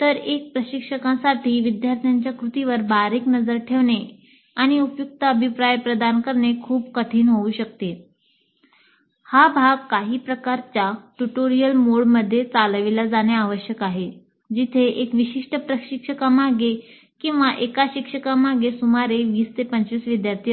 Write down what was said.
तर एका प्रशिक्षकासाठी विद्यार्थ्यांच्या कृतीवर बारीक नजर ठेवणे आणि उपयुक्त अभिप्राय प्रदान करणे खूप कठीण होऊ शकते हा भाग काही प्रकारच्या ट्यूटोरियल मोडमध्ये असते